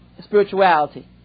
spirituality